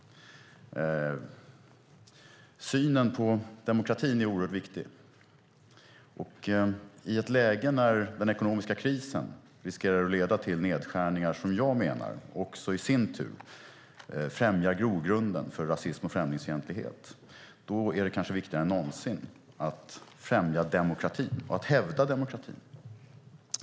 Synen på demokratin är oerhört viktig. I ett läge när den ekonomiska krisen riskerar att leda till nedskärningar, som jag menar också i sin tur främjar grogrunden för rasism och främlingsfientlighet, är det kanske viktigare än någonsin att främja demokratin och att hävda demokratin.